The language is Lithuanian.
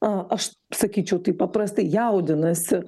a aš sakyčiau taip paprastai jaudinasi